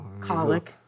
Colic